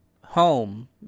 home